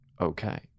okay